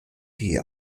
die